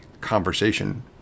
conversation